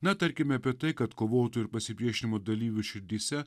na tarkime apie tai kad kovotų ir pasipriešinimo dalyvių širdyse